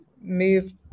move